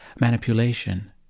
manipulation